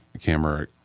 camera